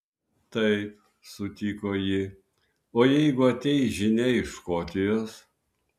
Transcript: taip sutiko ji o jeigu ateis žinia iš škotijos